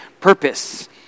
purpose